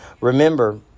Remember